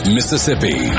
Mississippi